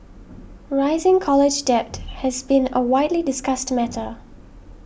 rising college debt has been a widely discussed matter